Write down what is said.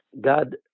God